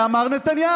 היה מר נתניהו.